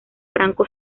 franco